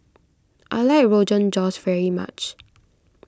I like Rogan Josh very much